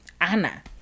anna